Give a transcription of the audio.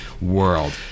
world